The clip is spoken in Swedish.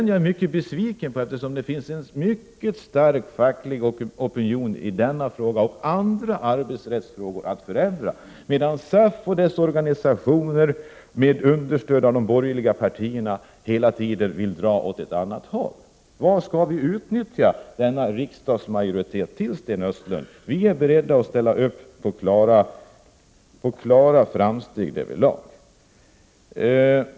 Jag är mycket besviken, eftersom det finns en mycket stark facklig opinion i denna och i andra arbetsrättsliga frågor för att förändra, medan SAF och dess organisationer med stöd av de borgerliga partierna hela tiden vill dra åt ett annat håll. Vad skall vi utnyttja denna riksdagsmajoritet till, Sten Östlund? Vi i vpk är beredda att ställa upp för klara framsteg härvidlag.